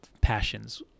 passions